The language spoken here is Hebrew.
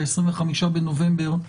ב-25 בנובמבר,